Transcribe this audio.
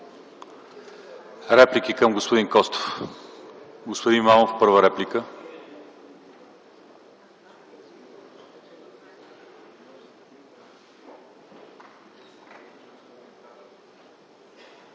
Реплики към господин Костов? Господин Имамов – първа реплика.